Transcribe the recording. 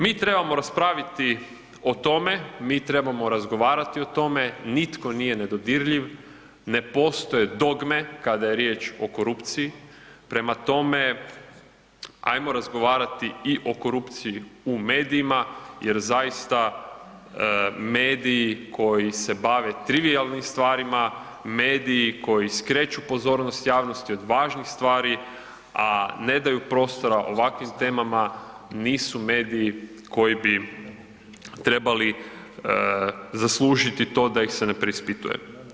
Mi trebamo raspraviti o tome, mi trebamo razgovarati o tome, nitko nije nedodirljiv, ne postoje dogme kada je riječ o korupciji, prema tome, hajmo razgovarati i o korupciji u medijima jer zaista, mediji koji se bave trivijalnim stvarima, mediji koji skreću pozornost javnosti od važnih stvari, a ne daju prostora ovakvim temama, nisu mediji koji bi trebali zaslužiti to da ih se ne preispituje.